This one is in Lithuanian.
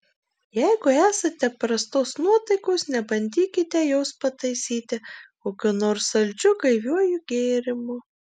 jeigu esate prastos nuotaikos nebandykite jos pataisyti kokiu nors saldžiu gaiviuoju gėrimu